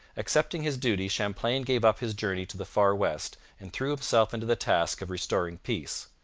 accepting his duty, champlain gave up his journey to the far west and threw himself into the task of restoring peace.